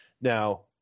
Now